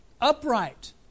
upright